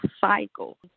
cycle